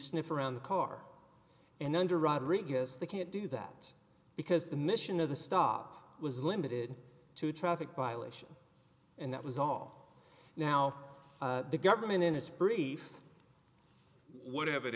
sniff around the car and under rodriguez they can't do that because the mission of the stop was limited to traffic violation and that was all now the government in its brief what ev